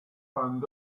and